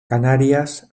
canarias